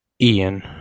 Ian